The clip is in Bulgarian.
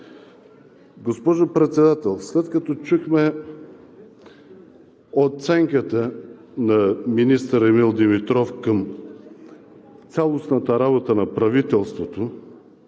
Госпожо Председател, след като чухме оценката на министър Емил Димитров към цялостната работа на правителството